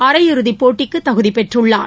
அரையிறுதிப் போட்டிக்கு தகுதி பெற்றுள்ளார்